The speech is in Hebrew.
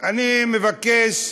אני מבקש.